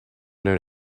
known